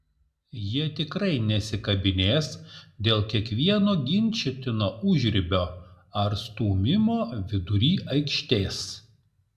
jie tikrai nesikabinės dėl kiekvieno ginčytino užribio ar stūmimo vidury aikštės